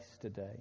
today